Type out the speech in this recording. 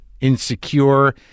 insecure